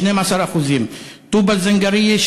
12%; טובא-זנגרייה,